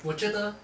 我觉得